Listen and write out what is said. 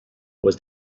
was